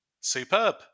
Superb